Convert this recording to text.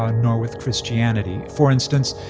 ah nor with christianity. for instance,